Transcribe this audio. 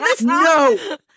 no